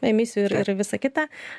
emisijų ir ir visa kita